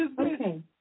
Okay